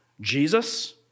Jesus